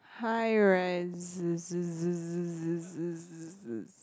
hi rise